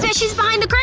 so she's behind the